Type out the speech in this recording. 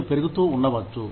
మీరు పెరుగుతూ ఉండవచ్చు